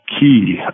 key